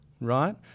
Right